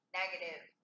negative